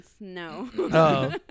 No